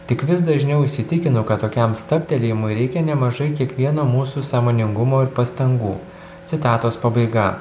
tik vis dažniau įsitikinu kad tokiam stabtelėjimui reikia nemažai kiekvieno mūsų sąmoningumo ir pastangų citatos pabaiga